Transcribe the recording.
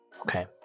Okay